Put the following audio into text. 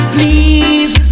Please